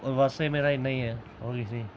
होर बस एह् मेरा इ'न्ना ई ऐ